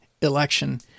election